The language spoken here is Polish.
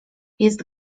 jest